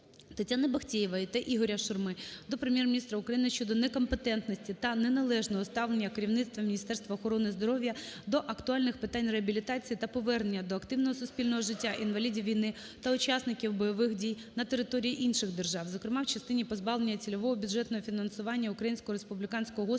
Тетяни Бахтеєвої та Ігоря Шурми до Прем'єр-міністра України щодо некомпетентності та неналежного ставлення керівництва Міністерства охорони здоров’я до актуальних питань реабілітації та повернення до активного суспільного життя інвалідів війни та учасників бойових дій на території інших держав, зокрема, в частині позбавлення цільового бюджетного фінансування Українського республіканського госпіталю